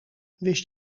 wist